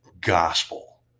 gospel